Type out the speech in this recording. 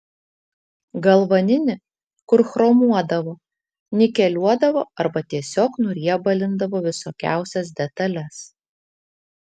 galvaninį kur chromuodavo nikeliuodavo arba tiesiog nuriebalindavo visokiausias detales